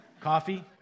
coffee